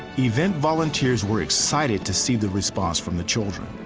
event volunteers were excited to see the response from the children.